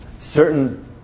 certain